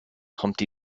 humpty